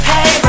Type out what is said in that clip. Hey